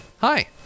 Hi